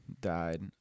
died